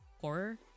horror